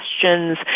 questions